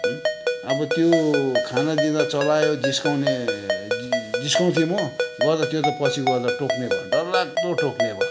अब त्यो खाना दिँदा चलायो जिस्काउने जिस्काउँथेँ म गर्दा त त्यो त पछि गएर त टोक्ने भयो डरलाग्दो टोक्ने भयो